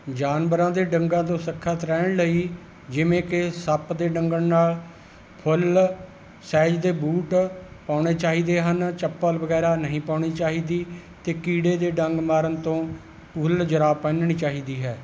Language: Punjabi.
ਜਾਨਵਰਾਂ ਦੇ ਡੰਗਾਂ ਤੋਂ ਸੁਰੱਖਿਅਤ ਰਹਿਣ ਲਈ ਜਿਵੇਂ ਕਿ ਸੱਪ ਦੇ ਡੰਗਣ ਨਾਲ ਫੁੱਲ ਸਾਈਜ਼ ਦੇ ਬੂਟ ਪਾਉਣੇ ਚਾਹੀਦੇ ਹਨ ਚੱਪਲ ਵਗੈਰਾ ਨਹੀਂ ਪਾਉਣੀ ਚਾਹੀਦੀ ਅਤੇ ਕੀੜੇ ਦੇ ਡੰਗ ਮਾਰਨ ਤੋਂ ਫੁੱਲ ਜੁਰਾਬ ਪਹਿਨਣੀ ਚਾਹੀਦੀ ਹੈ